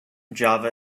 java